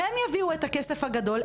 שהן יביאו את הכסף הגדול,